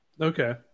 Okay